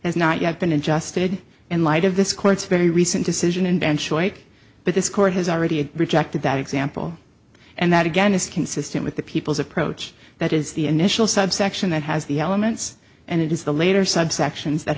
comments as not you have been adjusted in light of this court's very recent decision and choice but this court has already rejected that example and that again is consistent with the people's approach that is the initial subsection that has the elements and it is the later subsections that